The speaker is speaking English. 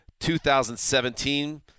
2017